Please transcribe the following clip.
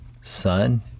son